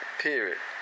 period